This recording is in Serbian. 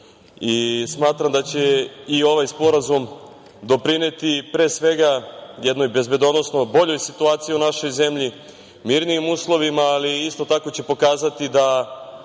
delo. Smatram da će i ovaj sporazum doprineti pre svega jednoj bezbedonosno boljoj situaciji u našoj zemlji, mirnijim uslovima, ali isto tako će pokazati da